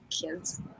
kids